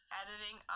editing